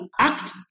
act